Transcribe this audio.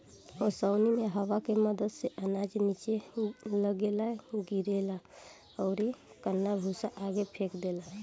ओसौनी मे हवा के मदद से अनाज निचे लग्गे गिरेला अउरी कन्ना भूसा आगे फेंक देला